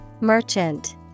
Merchant